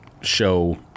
show